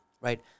right